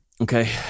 Okay